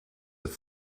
have